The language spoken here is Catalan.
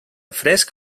fresc